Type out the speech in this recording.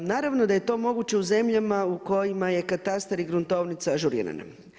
Naravno da je to moguće u zemljama u kojima je katastar i gruntovnica ažurirana.